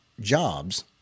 jobs